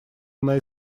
она